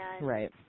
right